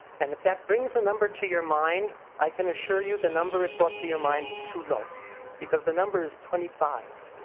and if that brings a number to your mind i can assure you the number it brought to your mind is too low because the number is twenty five.